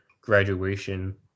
graduation